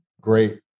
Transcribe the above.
great